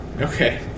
Okay